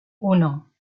uno